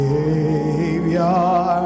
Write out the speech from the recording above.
Savior